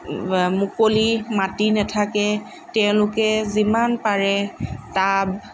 মুকলি মাটি নাথাকে তেওঁলোকে যিমান পাৰে টাব